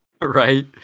Right